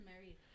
married